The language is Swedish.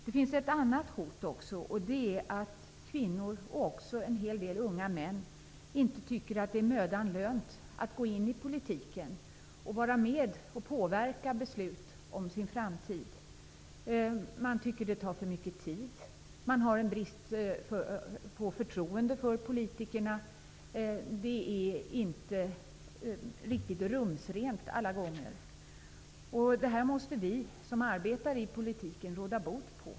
Det finns ett annat hot, nämligen att kvinnor och en hel del unga män inte tycker att det är mödan värt att gå in i politiken och vara med och påverka besluten om framtiden. De tycker att det tar för mycket tid, de har en brist på förtroende för politikerna och det är inte alla gånger riktigt rumsrent att ägna sig åt politik. Det här måste vi som arbetar inom politiken råda bot på.